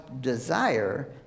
desire